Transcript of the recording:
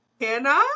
Hannah